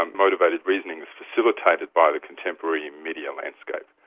and motivated reasoning is facilitated by the contemporary media landscape.